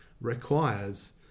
requires